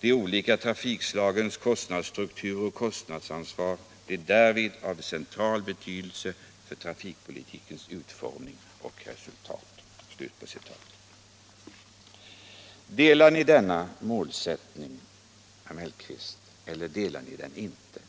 de olika trafikslagens kostnadsstruktur och kostnadsansvar blir därvid av central betydelse för trafikpolitikens utformning och resultat.” Delar ni denna målsättning, herr Mellqvist, eller delar ni den inte?